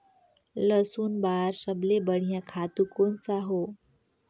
लसुन बार सबले बढ़िया खातु कोन सा हो?